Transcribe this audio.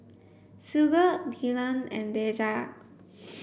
Sigurd Dillan and Deja